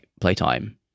playtime